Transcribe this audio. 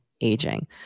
aging